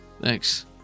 Thanks